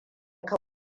ka